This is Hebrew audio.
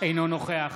אינו נוכח